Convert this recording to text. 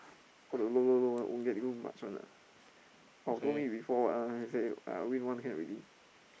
all the low low low won't won't get you much one ah oh he told me before uh he say I win one can already